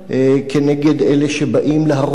כנגד אלה שבאים להרוס,